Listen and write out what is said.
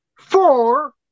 four